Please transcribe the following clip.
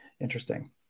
interesting